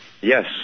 Yes